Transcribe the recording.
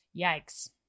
yikes